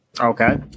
Okay